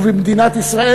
ובמדינת ישראל,